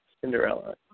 Cinderella